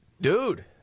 Dude